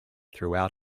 throughout